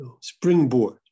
springboard